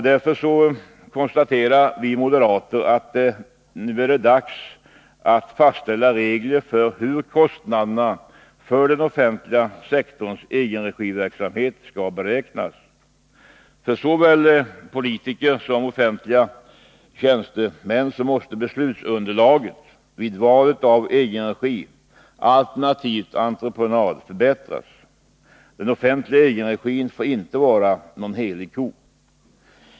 Därför konstaterar vi moderater att det nu är dags att fastställa regler för hur kostnaderna för den offentliga sektorns egenregiverksamhet skall beräknas. För såväl politiker som offentliga tjänstemän måste beslutsunderlaget vid valet av egenregi alternativt entreprenad förbättras. Den offentliga egenregin får inte vara någon helig ko!